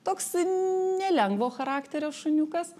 toks nelengvo charakterio šuniukas